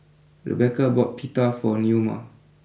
Rebecca bought Pita for Neoma